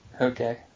Okay